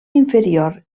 inferior